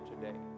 today